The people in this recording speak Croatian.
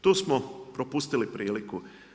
Tu smo propustili priliku.